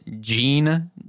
Gene